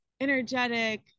energetic